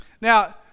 Now